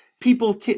people